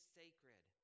sacred